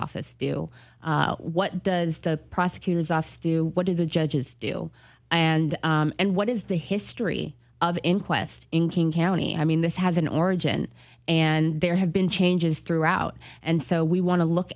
office do what does the prosecutor's office do what do the judges do and and what is the history of inquest in king county i mean this has an origin and there have been changes throughout and so we want to look